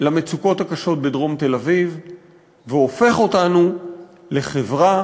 למצוקות הקשות בדרום תל-אביב והופך אותנו לחברה